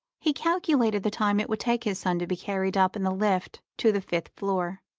he calculated the time it would take his son to be carried up in the lift to the fifth floor,